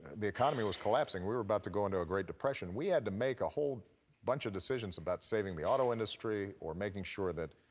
the economy was collapsing. we were about to go into a great depression. we had to make a whole bunch of decisions about saving the auto industry or making sure that